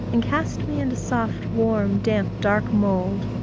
and cast me into soft, warm, damp, dark mould,